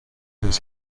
his